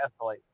escalate